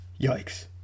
yikes